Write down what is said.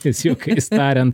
tais juokais tariant